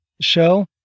show